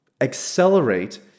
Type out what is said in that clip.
accelerate